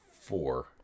four